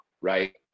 right